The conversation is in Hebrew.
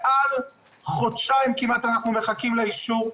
מעל חודשיים כמעט אנחנו מחכים לאישור.